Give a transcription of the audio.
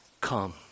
Come